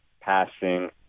passing